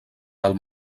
del